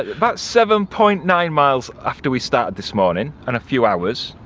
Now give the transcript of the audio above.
about seven point nine miles after we started this morning and a few hours.